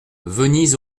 venise